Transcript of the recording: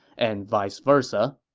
and vice versa